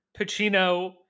Pacino